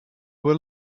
were